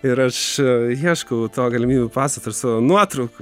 ir aš ieškau to galimybių paso tarp savo nuotraukų